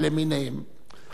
לא לזה הכוונה.